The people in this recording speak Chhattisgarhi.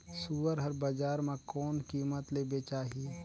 सुअर हर बजार मां कोन कीमत ले बेचाही?